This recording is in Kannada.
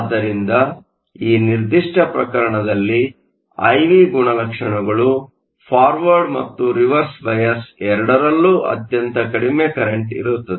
ಆದ್ದರಿಂದ ಈ ನಿರ್ದಿಷ್ಟ ಪ್ರಕರಣದಲ್ಲಿ ಐ ವಿ ಗುಣಲಕ್ಷಣಗಳು ಫಾರ್ವರ್ಡ್ ಮತ್ತು ರಿವರ್ಸ್ ಬಯಾಸ್ ಎರಡರಲ್ಲೂ ಅತ್ಯಂತ ಕಡಿಮೆ ಕರೆಂಟ್ ಇರುತ್ತದೆ